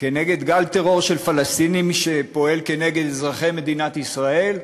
כנגד גל טרור של פלסטינים שפועל כנגד אזרחי מדינת ישראל?